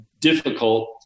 difficult